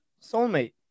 Soulmate